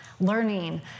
learning